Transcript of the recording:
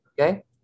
Okay